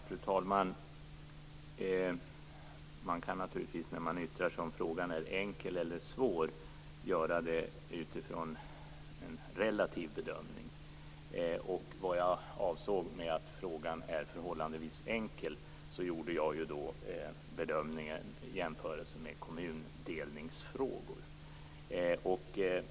Fru talman! Man kan naturligtvis när man yttrar sig om huruvida den här frågan är enkel eller svår göra en relativ bedömning. När jag sade att frågan är förhållandevis enkel utgick jag från en jämförelse med kommundelningsfrågor.